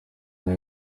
nawe